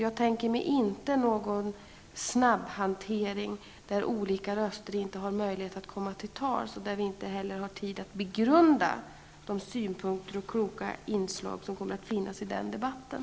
Jag tänker mig inte någon snabbhantering där olika röster inte har möjlighet att komma till tals och där vi inte heller har tid att begrunda de synpunkter och kloka inslag som kommer att finnas i den debatten.